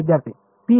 विद्यार्थीः PMC